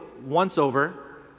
once-over